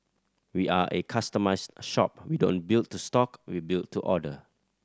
we are a customised shop we don't build to stock we build to order